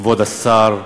כבוד השר,